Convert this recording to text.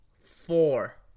four